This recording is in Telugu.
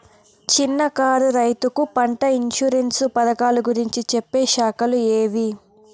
చిన్న కారు రైతుకు పంట ఇన్సూరెన్సు పథకాలు గురించి చెప్పే శాఖలు ఏవి?